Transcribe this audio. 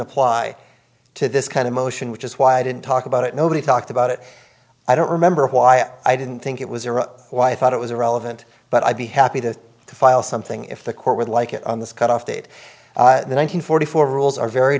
apply to this kind of motion which is why i didn't talk about it nobody talked about it i don't remember why i didn't think it was or why i thought it was irrelevant but i'd be happy to file something if the court would like it on this cutoff date one hundred forty four rules are very